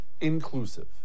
inclusive